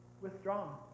withdrawn